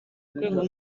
rwego